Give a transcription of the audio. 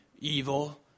evil